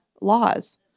laws